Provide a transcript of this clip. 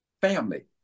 family